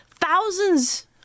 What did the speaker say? thousands